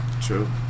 True